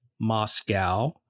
Moscow